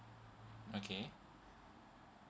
okay